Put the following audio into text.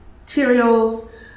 materials